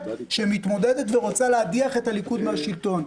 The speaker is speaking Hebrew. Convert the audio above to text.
שמתמודדת ורוצה להדיח את הליכוד מהשלטון,